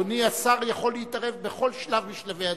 אדוני השר יכול להתערב בכל שלב משלבי הדיון.